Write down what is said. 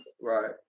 Right